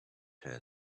her